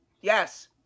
Yes